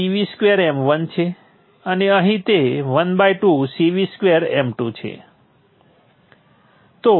અહીં તે ½ CV2m1 છે અને અહીં તે ½ CV2m2 છે